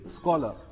scholar